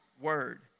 word